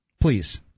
Please